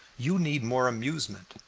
you need more amusement,